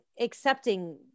accepting